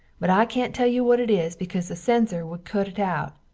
but i cant tell you what it is becaus the censer wood cut it out.